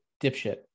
dipshit